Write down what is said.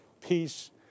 peace